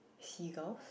seagulls